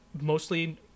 mostly